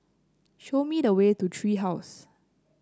show me the way to Tree House